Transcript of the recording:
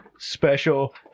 Special